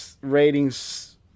ratings